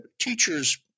teachers